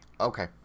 Okay